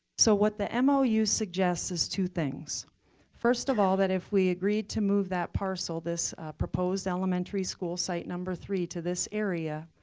so what the um ah mou suggests is two things first of all that, if we agreed to move that parcel, this proposed elementary school site number three to this area,